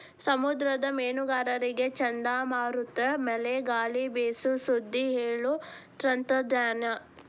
ಸಮುದ್ರದ ಮೇನುಗಾರರಿಗೆ ಚಂಡಮಾರುತ ಮಳೆ ಗಾಳಿ ಬೇಸು ಸುದ್ದಿ ಹೇಳು ತಂತ್ರಜ್ಞಾನ